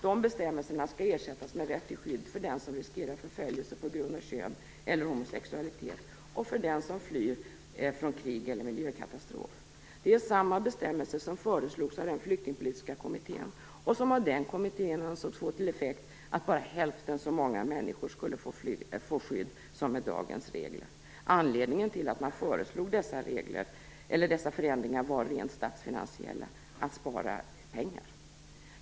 De bestämmelserna skall ersättas med rätt till skydd för den som riskerar förföljelse på grund av kön eller homosexualitet och för den som flyr från krig eller miljökatastrof. Det är samma bestämmelser som föreslogs av den flyktingpolitiska kommittén och som av den kommittén ansågs få till effekt att bara hälften så många människor skulle få skydd jämfört med enligt dagens regler. Anledningen till att man föreslog dessa förändringar var rent statsfinansiella, att spara pengar.